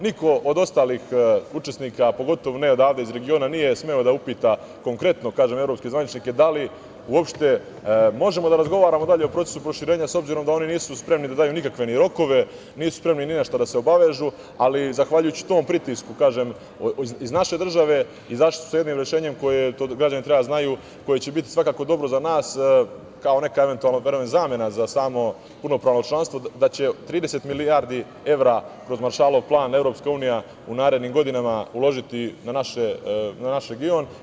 Niko od ostalih učesnika, pogotovo ne odavde iz regiona, nije smeo da uputa konkretno evropske zvaničnike da li uopšte možemo da razgovaramo dalje o procesu proširenja, s obzirom da oni nisu spremni da daju nikakve ni rokove, nisu spremni ni na šta da se obavežu, ali zahvaljujući tom pritisku iz naše države izašli su sa jednim rešenjem, to građani treba da znaju, koje će biti svakako dobro za nas kao neka eventualna zamena za samo punopravno članstvo, da će 30 milijardi evra kroz Maršalov plan EU u narednim godinama uložiti na naš region.